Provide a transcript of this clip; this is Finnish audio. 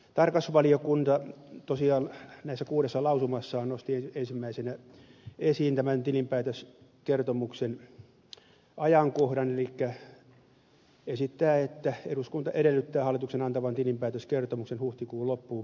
tarkastusvaliokunta tosiaan näissä kuudessa lausumassaan nosti ensimmäisenä esiin tilinpäätöskertomuksen ajankohdan elikkä esittää että eduskunta edellyttää hallituksen antavan tilinpäätöskertomuksen huhtikuun loppuun mennessä